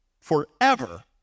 forever